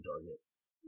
targets